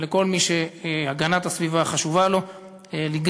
ולכל מי שהגנת הסביבה חשובה לו להתגייס